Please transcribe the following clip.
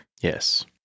Yes